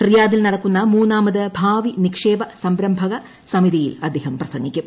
റിയാദിൽ നടക്കുന്ന മൂന്നാമത് ഭാവി നിക്ഷേപ സംരംഭക സമിതിയിൽ അദ്ദേഹം പ്രസംഗിക്കും